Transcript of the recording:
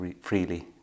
freely